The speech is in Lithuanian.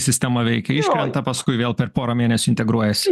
sistema veikia iškrenta paskui vėl per porą mėnesių integruojas